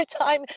time